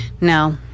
No